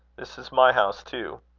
this is my house too.